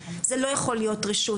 זה לא יכול להיות רשות,